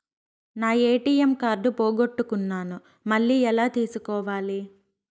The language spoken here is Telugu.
నా ఎ.టి.ఎం కార్డు పోగొట్టుకున్నాను, మళ్ళీ ఎలా తీసుకోవాలి?